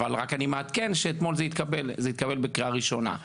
אבל אני רק מעדכן שאתמול זה התקבל בקריאה ראשונה.